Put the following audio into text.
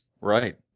Right